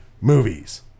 movies